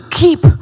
keep